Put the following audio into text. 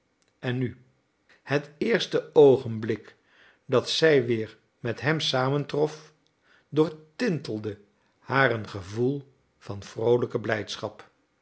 denken en nu het eerste oogenblik dat zij weer met hem samentrof doortintelde haar een gevoel van vroolijke blijdschap